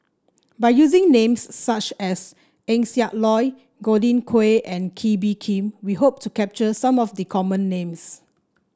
by using names such as Eng Siak Loy Godwin Koay and Kee Bee Khim we hope to capture some of the common names